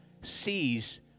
sees